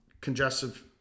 congestive